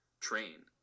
train